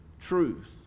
truth